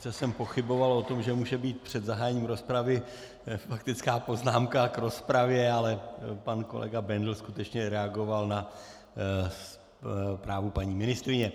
Sice jsem pochyboval o tom, že může být před zahájením rozpravy faktická poznámka k rozpravě, ale pan kolega Bendl skutečně reagoval na zprávu paní ministryně.